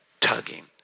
tugging